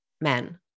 men